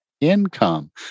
income